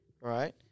right